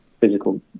physical